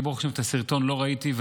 אני ברוך השם לא ראיתי את הסרטון,